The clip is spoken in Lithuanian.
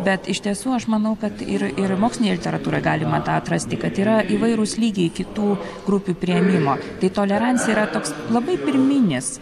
bet iš tiesų aš manau kad ir ir mokslinėj literatūroj galima atrasti kad yra įvairūs lygiai kitų grupių priėmimo tai tolerancija yra toks labai pirminis